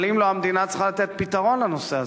אבל אם לא, המדינה צריכה לתת פתרון לנושא הזה.